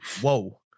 Whoa